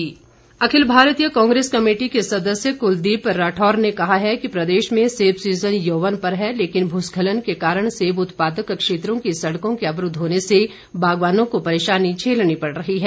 सेब season Akhil Bharatiya Congress committee के सदस्य कुलदीप राठौर ने कहा है कि प्रदेश में सेब सीज़न यौवन पर है लेकिन भू स्खलन के कारण सेब उत्पादक क्षेत्रों की सड़कों के अवरूद्व होने से बागवानों को परेशानी झेलनी पड़ रही है